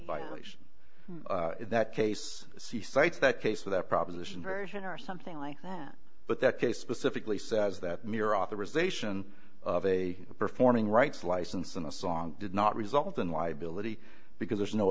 violation in that case see states that case that proposition version or something like that but that case specifically says that mere authorization of a performing rights license on a song did not result in liability because there's no